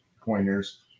pointers